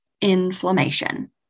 inflammation